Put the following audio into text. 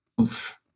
Oof